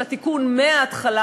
של התיקון מההתחלה,